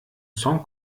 song